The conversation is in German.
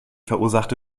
verursachte